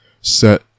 set